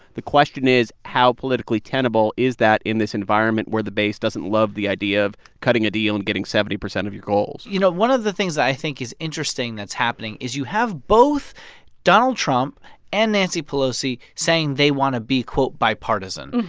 the question is, how politically tenable is that in this environment where the base doesn't love the idea of cutting a deal and getting seventy percent of your goals? you know, one of the things i think is interesting that's happening is you have both donald trump and nancy pelosi saying they want to be, quote, bipartisan.